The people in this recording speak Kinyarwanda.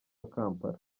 kampala